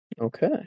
Okay